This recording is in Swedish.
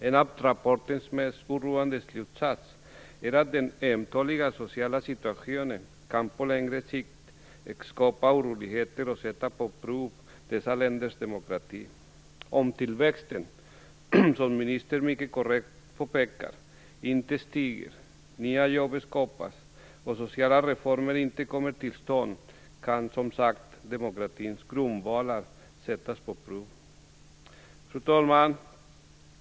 En av rapportens mest oroande slutsatser är att den ömtåliga sociala situationen på längre sikt kan skapa oroligheter och sätta dessa länders demokrati på prov. Om tillväxten, som ministern mycket korrekt påpekar, inte stiger, nya jobb inte skapas och sociala reformer inte kommer till stånd kan som sagt demokratins grundvalar sättas på prov. Fru talman!